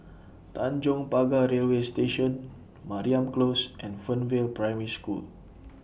Tanjong Pagar Railway Station Mariam Close and Fernvale Primary School